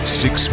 six